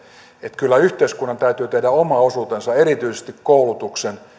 että kyllä yhteiskunnan täytyy tehdä oma osuutensa erityisesti koulutuksen